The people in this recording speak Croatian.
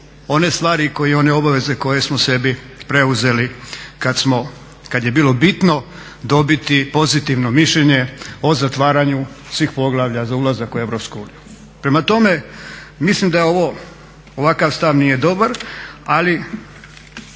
one stvari i one obaveze koje smo sebi preuzeli kad je bilo bitno dobiti pozitivno mišljenje o zatvaranju svih poglavlja za ulazak u EU. Prema tome, mislim da je ovo, ovakav stav nije dobar ali